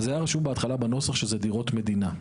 אז היה רשום בהתחלה בנוסח, שזה דירות מדינה.